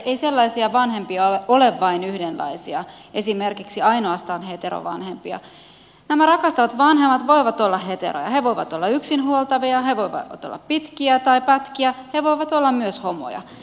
ei sellaisia vanhempia ole vain yhdenlaisia esimerkiksi ainoastaan heterovanhempia nämä rakastavat vanhemmat voivat olla heteroja he voivat olla yksin huoltavia he voivat olla pitkiä tai pätkiä he voivat olla myös homoja